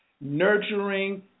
nurturing